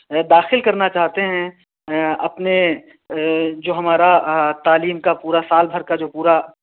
داخل کرنا چاہتے ہیں اپنے جو ہمارا تعلیم کا پورا سال بھر کا جو پورا